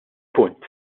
punt